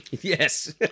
Yes